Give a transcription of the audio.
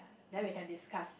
then we can discuss